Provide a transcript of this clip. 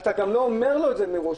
אתה גם לא אומר את זה מראש.